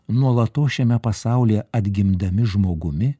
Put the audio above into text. nuolatos šiame pasaulyje atgimdami žmogumi